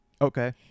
okay